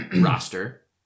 roster